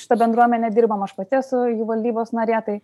šita bendruomene dirbam aš pati esu jų valdybos narė tai